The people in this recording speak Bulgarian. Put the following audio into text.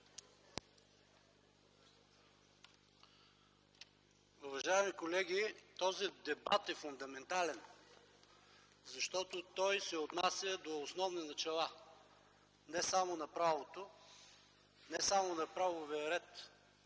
Уважаеми колеги, този дебат е фундаментален, защото се отнася до основни начала – не само на правото, не само на правовия ред,